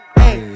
hey